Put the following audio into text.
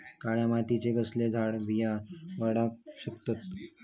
काळ्या मातयेत कसले झाडा बेगीन वाडाक शकतत?